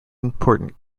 important